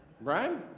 right